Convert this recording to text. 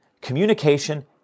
communication